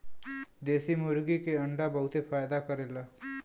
देशी मुर्गी के अंडा बहुते फायदा करेला